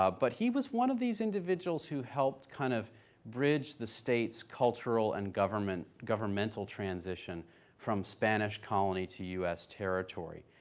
ah but he was one of those individuals who helped kind of bridge the state's cultural and government, governmental transition from spanish colony to u s. territory.